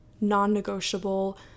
non-negotiable